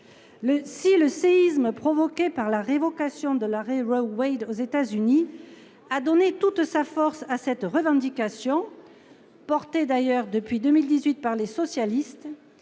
Si le séisme provoqué par la révocation de l’arrêt aux États Unis a donné toute sa force à cette revendication, soutenue d’ailleurs depuis 2018 par les socialistes,